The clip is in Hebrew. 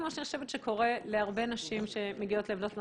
כמו שאני חושבת שקורה להרבה נשים שמגיעות לעמדות מפתח,